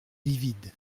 livide